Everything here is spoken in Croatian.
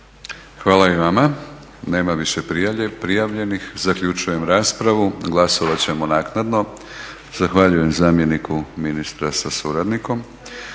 Hvala i vama. Nema više prijavljenih. Zaključujem raspravu. Glasovat ćemo naknadno. Zahvaljujem zamjeniku ministra sa suradnikom.